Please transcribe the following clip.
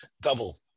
double